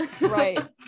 Right